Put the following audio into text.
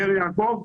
באר יעקב,